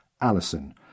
Allison